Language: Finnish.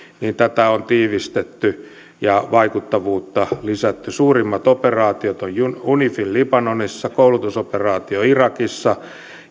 tätä on tiivistetty ja vaikuttavuutta lisätty suurimmat operaatiot ovat unifil libanonissa koulutusoperaatio irakissa